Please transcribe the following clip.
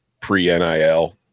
pre-NIL